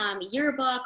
yearbook